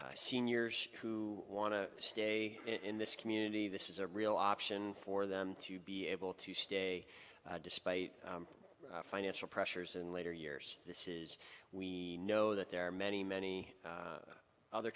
to seniors who want to stay in this community this is a real option for them to be able to stay despite financial pressures in later years this is we know that there are many many other